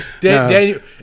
Daniel